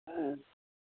ஆ